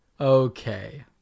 Okay